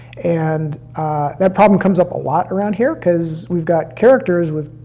and that problem comes up a lot around here because we've got characters with,